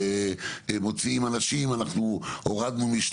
אנחנו מוציאים אנשים,